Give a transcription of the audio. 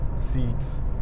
seats